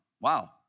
Wow